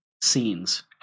scenes